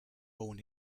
born